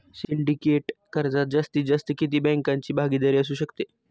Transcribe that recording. Syndicate कर्जात जास्तीत जास्त किती बँकांची भागीदारी असू शकते?